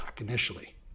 initially